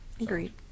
Agreed